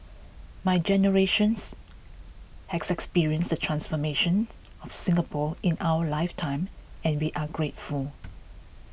my generations has experienced the transformation of Singapore in our life time and we are grateful